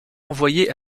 envoyés